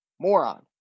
Moron